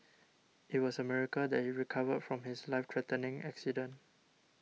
it was a miracle that he recovered from his life threatening accident